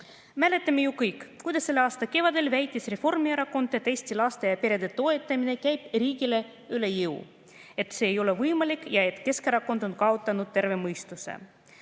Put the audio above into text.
Mäletame ju kõik, kuidas selle aasta kevadel väitis Reformierakond, et Eesti laste ja perede toetamine käib riigile üle jõu, seda ei ole võimalik teha, ja et Keskerakond on kaotanud terve mõistuse.